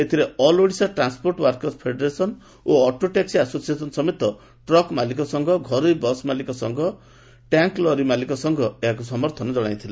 ଏଥିରେ all Odisha transport workers federation ଓ auto taxi association ସମେତ ଟ୍ରକ ମାଲିକ ସଂଘ ଘରୋଇ ବସ୍ ମାଲିକ ସଂଘ ଟ୍ୟାଙ୍କଲରୀ ମାଲିକ ସଂଘ ଏହାକୁ ପୂର୍ଶ୍ଣ ସମର୍ଥନ ଜଣାଇଛନ୍ତି